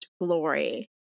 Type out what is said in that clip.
glory